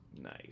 Nice